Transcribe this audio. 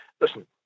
listen